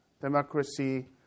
democracy